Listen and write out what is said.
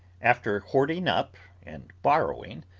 after hoarding up, and borrowing,